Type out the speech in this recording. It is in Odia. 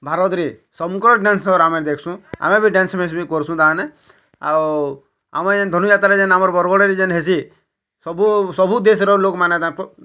ଭାରତରେ ସମୁକ ଡ୍ୟାନ୍ସର୍ ଆମେ ଦେଖ୍ସୁଁ ଆମେ ବି ଡ୍ୟାନ୍ସ ଫ୍ୟାନ୍ସ ବି କର୍ସୁଁ ତାମାନେ ଆଉ ଆମର୍ ଏ ଧନୁ ଯାତ୍ରା ଯେନ୍ ବରଗଡ଼ରେ ଯେନ୍ ହେସି ସବୁ ସବୁ ଦେଶ୍ର ଲୋକମାନେ ତାଙ୍କ ପାଖକୁ